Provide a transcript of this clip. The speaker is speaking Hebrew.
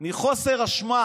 מחוסר אשמה.